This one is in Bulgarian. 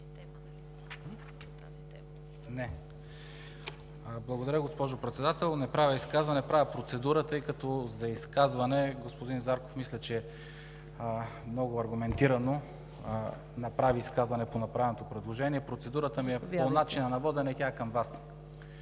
Благодаря, госпожо Председател. Не правя изказване, а правя процедура, тъй като мисля, че господин Зарков много аргументирано направи изказване по направеното предложение. Процедурата ми е по начина на водене и тя е към Вас.